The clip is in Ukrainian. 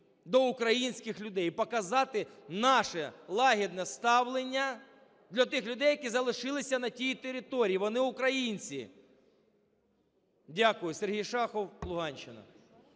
до українських людей і показати наше лагідне ставлення до тих людей, які залишилися на тій території. Вони українці! Дякую. Сергій Шахов, Луганщина.